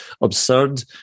absurd